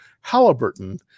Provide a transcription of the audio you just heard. Halliburton